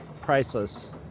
priceless